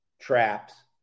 traps